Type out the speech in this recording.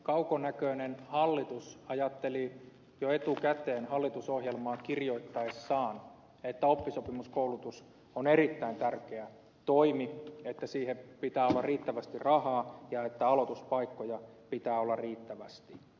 kaukonäköinen hallitus ajatteli jo etukäteen hallitusohjelmaa kirjoittaessaan että oppisopimuskoulutus on erittäin tärkeä toimi että siihen pitää olla riittävästi rahaa ja että aloituspaikkoja pitää olla riittävästi